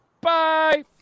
Bye